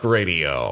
Radio